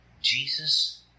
Jesus